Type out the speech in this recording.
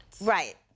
Right